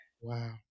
Wow